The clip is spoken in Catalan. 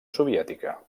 soviètica